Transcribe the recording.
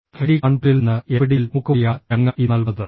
IIT കാൺപൂരിൽ നിന്ന് NPTEL MOOC വഴിയാണ് ഞങ്ങൾ ഇത് നൽകുന്നത്